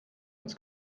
ins